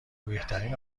بهترین